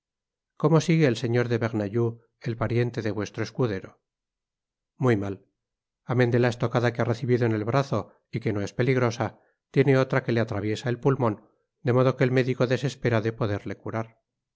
cómo sigue el señor de bernajoux el pariente de vuestro escudero muy mal amen de la estocada que ha recibido en el brazo y que no es peligrosa tiene otra que le atreviesa el pulmon de modo que el médico desespera de poderle curar